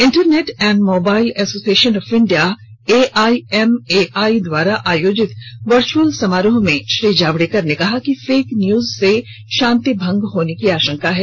internet and mobile association of India IAMAI द्वारा आयोजित virtual समारोह में श्री जावड़ेकर ने कहा कि फेक न्यूज से शांति भंग होने की आशंका होती है